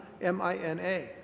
M-I-N-A